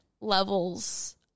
levels